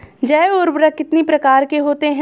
जैव उर्वरक कितनी प्रकार के होते हैं?